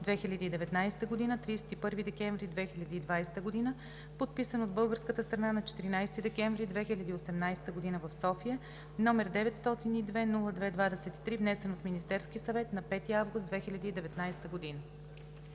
2019 г. – 31 декември 2020 г., подписан от българската страна на 14 декември 2018 г. в София, № 902-02-23, внесен от Министерския съвет на 5 август 2019 г.“